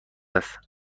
است